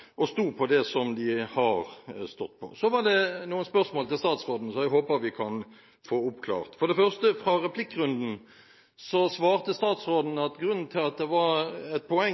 og stod på det de har stått på. Noen spørsmål til statsråden, som jeg håper vi kan få oppklart: For det første – i replikkrunden svarte statsråden at grunnen til at det var et poeng